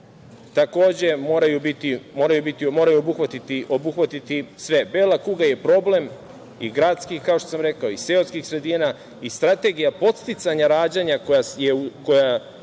takođe moraju obuhvatiti sve. „Bela kuga je problem i gradskih, kao što sam rekao, i seoskih sredina i strategija podsticanja rađanja koja je